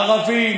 ערבי,